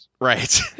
Right